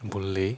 boon lay